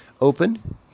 open